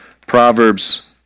Proverbs